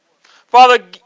father